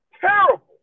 terrible